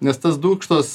nes tas dūkštos